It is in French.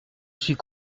suis